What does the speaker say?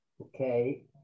Okay